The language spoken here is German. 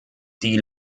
die